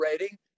rating